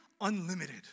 Unlimited